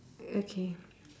okay